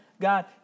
God